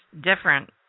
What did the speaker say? different